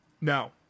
No